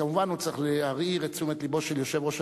אז כמובן הוא צריך להעיר את תשומת לבו של יושב-ראש